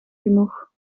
genoeg